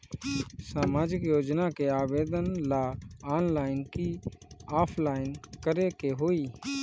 सामाजिक योजना के आवेदन ला ऑनलाइन कि ऑफलाइन करे के होई?